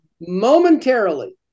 Momentarily